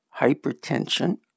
hypertension